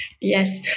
Yes